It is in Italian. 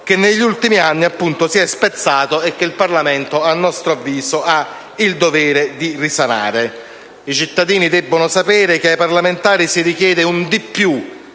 che negli ultimi anni si è spezzato e che il Parlamento, a nostro avviso, ha il dovere di risanare. I cittadini debbono sapere che ai parlamentari si richiede un di più